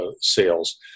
sales